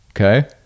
Okay